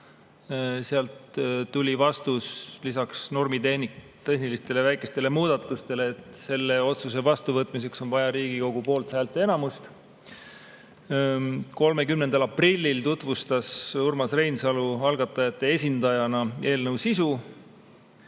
Sealt tuli lisaks väikestele normitehnilistele muudatustele vastus, et selle otsuse vastuvõtmiseks on vaja Riigikogu poolthäälte enamust. 30. aprillil tutvustas Urmas Reinsalu algatajate esindajana eelnõu sisu.